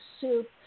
soup